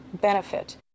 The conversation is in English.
benefit